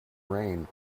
rain